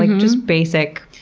like just basic,